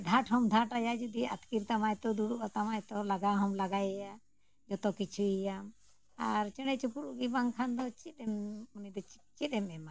ᱫᱷᱟᱴ ᱦᱚᱢ ᱫᱷᱟᱴ ᱟᱭᱟ ᱡᱩᱫᱤ ᱟᱹᱛᱠᱤᱨ ᱛᱟᱢᱟᱭ ᱛᱚ ᱫᱩᱲᱩᱵ ᱟᱛᱟᱢᱟᱭ ᱛᱚ ᱞᱟᱜᱟᱣ ᱦᱚᱢ ᱞᱟᱜᱟᱭᱮᱭᱟ ᱡᱚᱛᱚ ᱠᱤᱪᱷᱩᱭᱮᱭᱟᱢ ᱟᱨ ᱪᱮᱬᱮᱼᱪᱤᱯᱨᱩᱫ ᱜᱮ ᱵᱟᱝᱠᱷᱟᱱ ᱫᱚ ᱪᱮᱫ ᱮᱢ ᱩᱱᱤ ᱫᱚ ᱪᱮᱫ ᱮᱢ ᱮᱢᱟᱭᱟ